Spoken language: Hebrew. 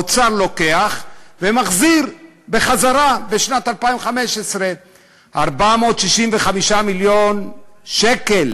האוצר לוקח ומחזיר בחזרה בשנת 2015. 465 מיליון שקל